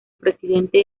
presidente